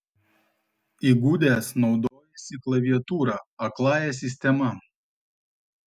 įgudęs naudojasi klaviatūra akląja sistema